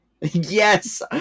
Yes